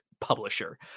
publisher